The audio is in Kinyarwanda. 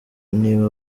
niba